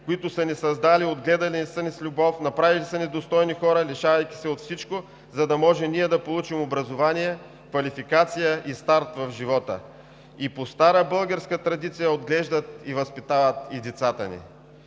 които са ни създали, отгледали са ни с любов, направили са ни достойни хора, лишавайки се от всичко, за да можем ние да получим образование, квалификация и старт в живота, и по стара българска традиция отглеждат и възпитават и децата ни.